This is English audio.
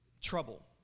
trouble